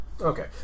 Okay